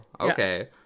okay